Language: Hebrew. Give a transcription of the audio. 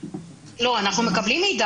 אנחנו מקבלים את המידע,